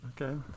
Okay